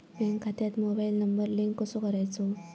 Bank खात्यात mobile number link कसो करायचो?